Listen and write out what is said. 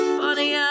funny